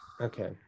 Okay